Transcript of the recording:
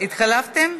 התחלפתם?